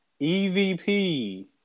EVP